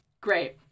Great